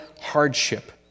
hardship